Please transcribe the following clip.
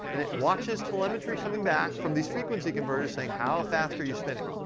and it watches telemetry coming back from these frequency converters saying, how fast are you spinning?